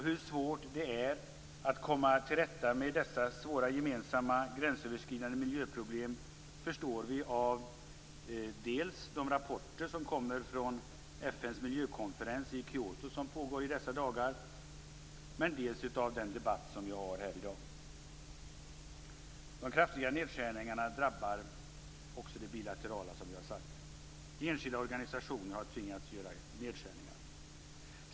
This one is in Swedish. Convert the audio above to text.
Hur svårt det är att komma till rätta med dessa våra gemensamma, gränsöverskridande miljöproblem förstår vi dels av rapporterna från FN:s miljökonferens i Kyoto, som pågår i dessa dagar, dels av den debatt vi har här i dag. De kraftiga nedskärningarna drabbar som sagt också det bilaterala biståndet. Enskilda organisationer har tvingats göra nedskärningar.